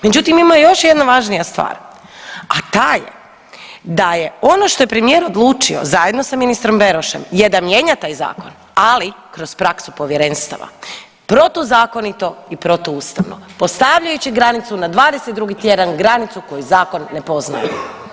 Međutim, ima još jedna važnija stvar, a ta je da ono što je premijer odlučio zajedno sa ministrom Berošem je da mijenja taj zakon, ali kroz praksu povjerenstava protuzakonito i protuustavno postavljajući granicu na 22. tjedan granicu koju zakon ne poznaje.